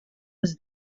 was